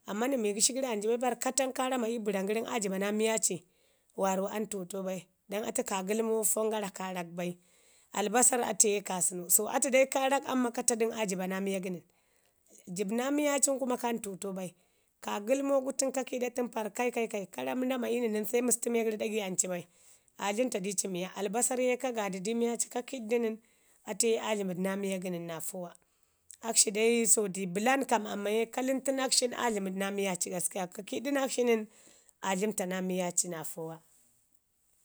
amman nən gəshi an cu bai pari ka tan kaa rama ii bəran gəri aa jibe naa miya ci waarrau aa ntuutau bai don atu kaagəlmo fon gara kaarak bai Albasarr atu ye kaasən, so atu dai kaarak amman ka ta dən aa riba naa miyo gənəni jibu naa miya cin kuma ka ntuuto bai. kaagəlmo gu pari ka kiiɗo tən pari kai kai kaii ka ramu rama ii nən se məstu miyo gəri ɗagi anci baiaa dləmta dii ci miyo Albasarr ye ka gaada di miya ci ka kiiɗu nən atu ye aa dləməɗ naa miyo gənən naa fawa. Akshi dai sotai bəlan kan amman ye ka tuntu naa akshi nən a dləməɗ naa miya ci gaskiya. ka kiiɗu naa akshi nən aa dləmta naa miya ci naa fawa.